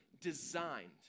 designed